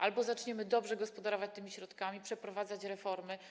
Albo zaczniemy dobrze gospodarować tymi środkami, przeprowadzać reformy.